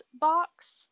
box